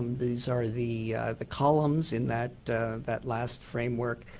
these are the the columns in that that last frame work.